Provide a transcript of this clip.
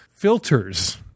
filters